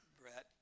Brett